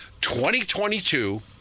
2022